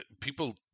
people –